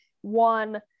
one